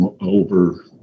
over